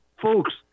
Folks